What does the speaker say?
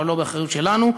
אבל לא באחריות שלנו.